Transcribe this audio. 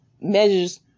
measures